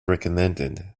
recommended